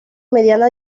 media